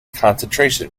concentration